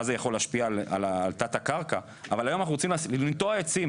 מה זה יכול להשפיע על תת-הקרקע אבל לטעת עצים,